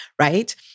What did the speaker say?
right